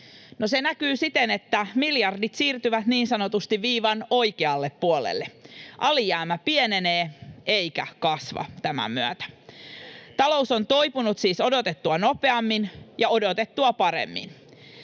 se näkyy siten, että miljardit siirtyvät niin sanotusti viivan oikealle puolelle: alijäämä pienenee eikä kasva tämän myötä. Talous on toipunut siis odotettua nopeammin ja odotettua paremmin.